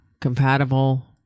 compatible